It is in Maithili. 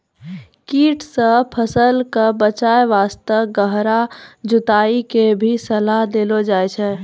कीट सॅ फसल कॅ बचाय वास्तॅ गहरा जुताई के भी सलाह देलो जाय छै